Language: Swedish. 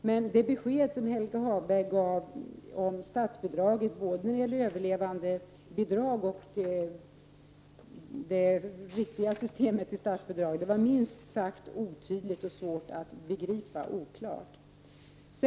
Men det besked som Helge Hagberg gav om statsbidragen — både när det gällde överlevandebidrag och när det gällde själva statsbidragssystemet — var minst sagt otydligt och oklart.